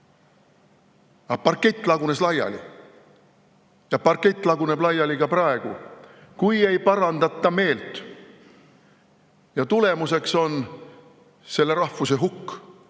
Aga parkett lagunes laiali ja parkett laguneb laiali ka praegu, kui ei parandata meelt, ja tulemuseks on selle rahvuse hukk.